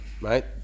Right